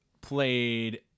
played